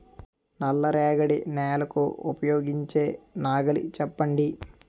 నల్ల రేగడి నెలకు ఉపయోగించే నాగలి చెప్పండి?